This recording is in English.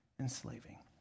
enslaving